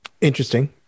Interesting